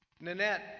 Nanette